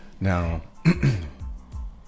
now